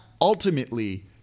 ultimately